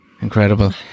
Incredible